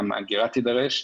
כמה אגירה תידרש,